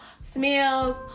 Smith